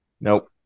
Nope